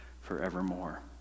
forevermore